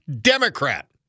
Democrat